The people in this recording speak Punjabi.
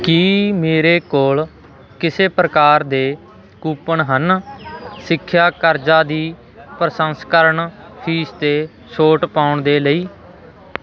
ਕੀ ਮੇਰੇ ਕੋਲ ਕਿਸੇ ਪ੍ਰਕਾਰ ਦੇ ਕੂਪਨ ਹਨ ਸਿੱਖਿਆ ਕਰਜ਼ਾ ਦੀ ਪਰਸੰਸਕਰਣ ਫ਼ੀਸ 'ਤੇ ਛੋਟ ਪਾਉਣ ਦੇ ਲਈ